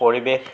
পৰিৱেশ